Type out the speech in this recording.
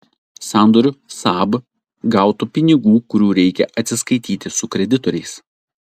sandoriu saab gautų pinigų kurių reikia atsiskaityti su kreditoriais